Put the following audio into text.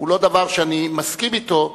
הוא לא דבר שאני מסכים אתו,